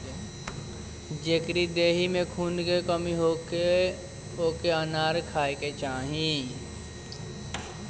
जेकरी देहि में खून के कमी होखे ओके अनार खाए के चाही